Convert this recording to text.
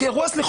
שרצו לעשות